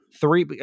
Three